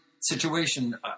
situation